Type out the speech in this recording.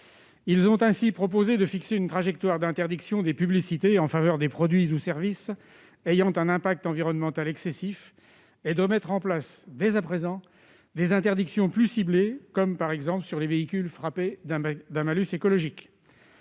Ils ont ainsi suggéré de fixer une trajectoire d'interdiction des publicités en faveur des produits ou services ayant un impact environnemental excessif et de mettre dès à présent en place des interdictions plus ciblées, par exemple sur les véhicules frappés d'un malus écologique.